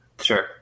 Sure